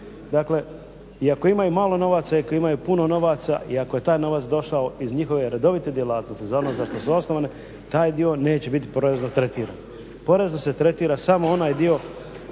dakle iako imaju malo novaca i ako imaju novaca i ako je taj novac došao iz njihove redovite djelatnosti, za ono za što su osnovane, taj dio neće biti porezno tretiran. Porezno se tretira samo onaj dio,